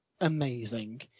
amazing